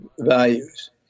values